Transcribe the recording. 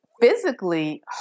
physically